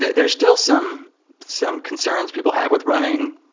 there're still some some concerns people have with running.